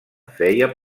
feia